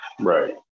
Right